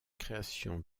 création